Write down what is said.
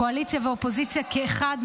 קואליציה ואופוזיציה כאחד,